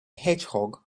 hedgehog